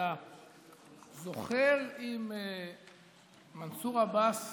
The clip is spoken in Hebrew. אתה זוכר אם מנסור עבאס